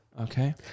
Okay